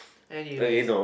anyway